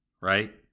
Right